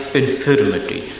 infirmity